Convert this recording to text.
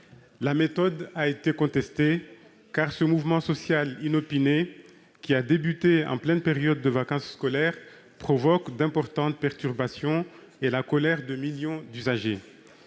La méthode a été contestée, car ce mouvement social inopiné, qui a commencé en pleine période de vacances scolaires, provoque d'importantes perturbations et la colère de millions d'usagers.